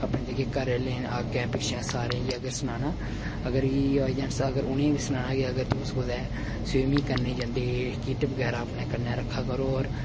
अपने जेह्के घराआह्ले न अग्गें पिच्छें सारे गी अगर सनानां अगर कि बाय चान्स अगर उनेंगी बी सनाना कि अगर तुस कुदै स्वीमिंग करने जन्दे किट बगैरा अपने कन्नै रक्खा करो होर